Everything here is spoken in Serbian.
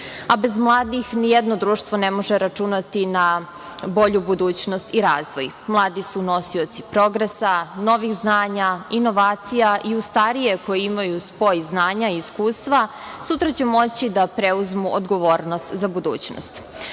mladih nijedno društvo ne može računati na bolju budućnost i razvoj. Mladi su nosioci progresa, novih znanja, inovacija i uz starije, koji imaju spoj znanja i iskustva, sutra će moći da preuzmu odgovornost za budućnost. Mladi